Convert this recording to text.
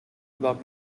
about